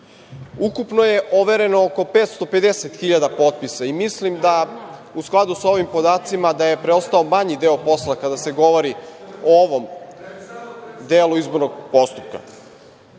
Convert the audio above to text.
Ukupno je overeno oko 550.000 potpisa. Mislim da je u skladu sa ovim podacima preostao manji deo posla kada se govori o ovom delu izbornog postupka. Iako